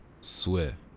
Swear